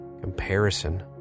comparison